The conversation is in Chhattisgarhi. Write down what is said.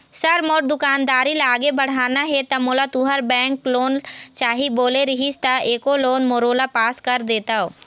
सर मोर दुकानदारी ला आगे बढ़ाना हे ता मोला तुंहर बैंक लोन चाही बोले रीहिस ता एको लोन मोरोला पास कर देतव?